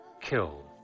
killed